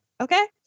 Okay